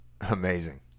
amazing